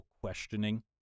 questioning